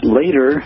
later